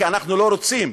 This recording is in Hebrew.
כי אנחנו לא רוצים,